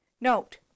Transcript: Note